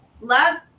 love